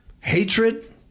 hatred